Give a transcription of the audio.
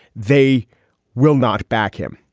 they will not back him.